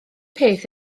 peth